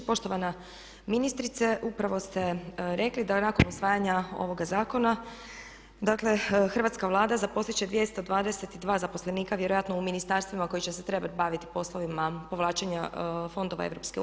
Poštovana ministrice, upravo ste rekli da nakon usvajanja ovoga zakona dakle Hrvatska vlada zaposlit će 222 zaposlenika vjerojatno u ministarstvima koji će se trebati baviti poslovima povlačenja fondova EU.